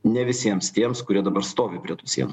ne visiems tiems kurie dabar stovi prie tų sienų